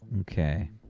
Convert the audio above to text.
Okay